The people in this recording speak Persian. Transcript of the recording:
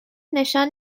نشان